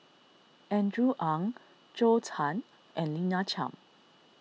Andrew Ang Zhou Can and Lina Chiam